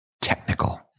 technical